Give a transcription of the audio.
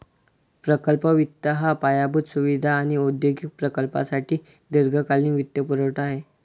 प्रकल्प वित्त हा पायाभूत सुविधा आणि औद्योगिक प्रकल्पांसाठी दीर्घकालीन वित्तपुरवठा आहे